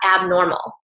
abnormal